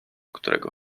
którego